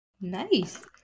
nice